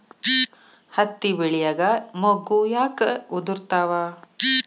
ಹತ್ತಿ ಬೆಳಿಯಾಗ ಮೊಗ್ಗು ಯಾಕ್ ಉದುರುತಾವ್?